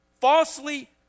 falsely